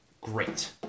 great